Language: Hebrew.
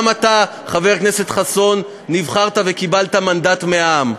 גם אתה, חבר הכנסת חסון, נבחרת וקיבלת מנדט מהעם.